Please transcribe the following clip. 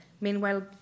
meanwhile